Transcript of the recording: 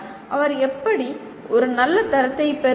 அவர் எப்படி ஒரு நல்ல தரத்தைப் பெறுவார்